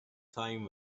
time